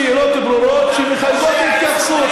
פושעים מחזיקים נשק,